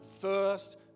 first